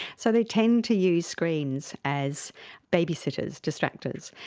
so they tend to use screens as babysitters, distractors.